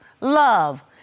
love